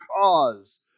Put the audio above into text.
cause